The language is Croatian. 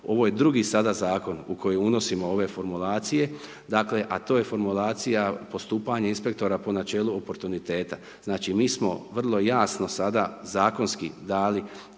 ovo je drugi sada zakon u koji unosimo ove formulacije, dakle a to je formulacija postupanje inspektora po načelu oportuniteta. Znači mi smo vrlo jasno sada zakonski dali